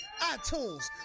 iTunes